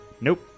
nope